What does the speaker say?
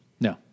No